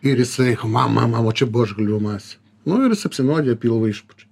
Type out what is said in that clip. ir jisai ha mam mam man va čia buožgalvių masė nu ir jis apsinuodija pilvą išpučia